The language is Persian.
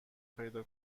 پیدا